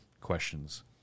questions